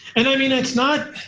and i mean it's not.